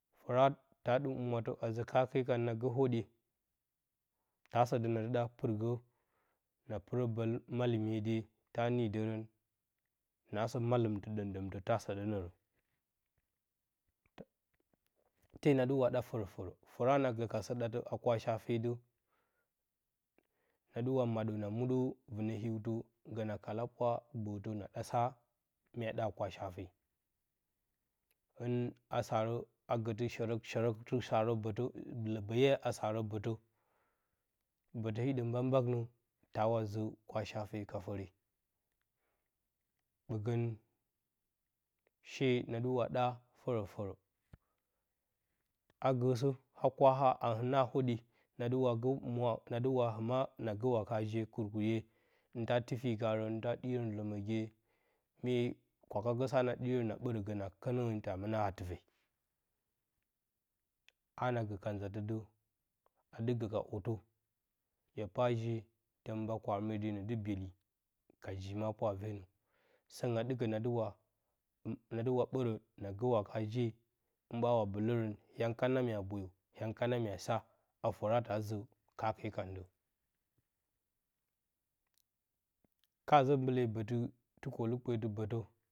Fəra taa ɗɨm humwatə a zə kaake kan na gə hwoɗye, taa sə də na dɨ ɗa pɨrgə na pɨrə bəl malɨmye de ta nidərən, naasə malɨmtɨ ɗəmɗəmtə ta səɗə nərə. Tee na dɨ wa ɗa fərə, fəra na gə ka sɨ ɗatə a kwa shafe də, na dɨ wa maɗə na muɗə vɨnə hiwtə, gə na kal pwa gbəətə na ɗa sa mya ɗa a kwa shafe, hɨn a sarə, a shərək shərəkti sarə bətə lɨɨ bəye a sarə bətə, bətə hiɗə mbakmbak nə taawa zə kwa shafe ka fəre. ɓəgəng, she na dɨ wa ɗa, fərə fərə. A gəəsə a kwaha a hɨnaa hwoɗye, na dɨ gə humwa na dɨ wa hɨma na gə waka ji kurkuye hɨn ta tifiyi karən hɨn ta ɗiyərən ləməgye. Mye kwakagə haa na ɗiyərən na ɓərə gə na kənərən ta mɨnɨ a tɨfe. Haa na gə ka nztə də, a dɨ gə ka ottə hye pa je tən mba kwame denə dɨ byeli ka jiima pwa a venə. Səngɨn a dɨkə na dɨwa, na dɨ wa ɓərə gə na gə waka jee hɨn ɓawa bɨlərən, yang kana mya boyə, yang kana mya sa, a fəra taa zə kaake kan də. Ka zə gbɨle bətɨ tukolukpetɨ bətə,